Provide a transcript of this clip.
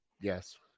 Yes